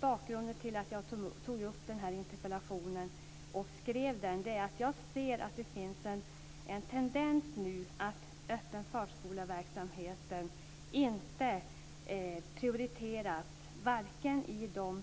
Bakgrunden till att jag skrev den här interpellationen är att jag ser att det nu finns en tendens att den öppna förskolans verksamhet inte prioriteras i de